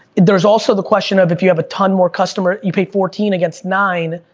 there's also the question of, if you have a ton more customer, you pay fourteen against nine.